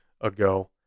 ago